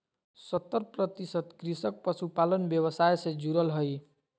सत्तर प्रतिशत कृषक पशुपालन व्यवसाय से जुरल हइ